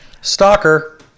stalker